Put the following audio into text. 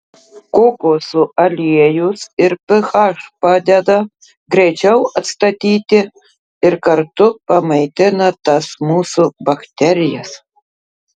kokosų aliejus ir ph padeda greičiau atstatyti ir kartu pamaitina tas mūsų bakterijas